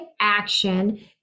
action